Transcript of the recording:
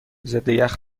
ضدیخ